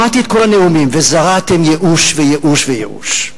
שמעתי את כל הנאומים וזרעתם ייאוש וייאוש וייאוש.